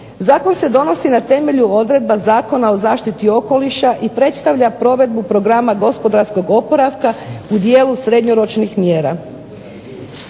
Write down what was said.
Zakon se donosi na temelju odredba Zakona o zaštiti okoliša i predstavlja provedbu programa gospodarskog oporavka u dijelu srednjoročnih mjera.